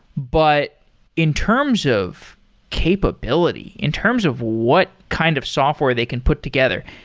but in terms of capability, in terms of what kind of software they can put together,